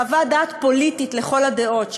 חוות דעת פוליטית לכל הדעות,